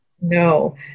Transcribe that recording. No